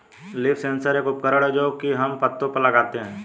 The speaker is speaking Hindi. लीफ सेंसर एक उपकरण है जो की हम पत्तो पर लगाते है